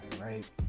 right